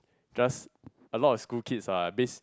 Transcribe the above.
just a lot of school kids ah this